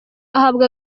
ahabwa